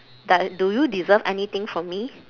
doe~ do you deserve anything from me